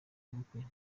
ubukwe